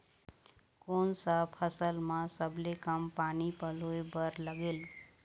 कोन सा फसल मा सबले कम पानी परोए बर लगेल?